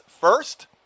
first